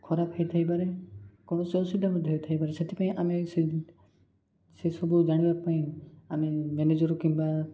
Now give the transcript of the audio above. ଖରାପ ହେଇଥାଇପାରେ କୌଣସି ଅସୁବିଧା ମଧ୍ୟ ହେଇଥାଇପାରେ ସେଥିପାଇଁ ଆମେ ସେ ସେସବୁ ଜାଣିବା ପାଇଁ ଆମେ ମ୍ୟାନେଜର୍ କିମ୍ବା